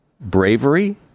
Bravery